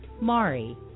Mari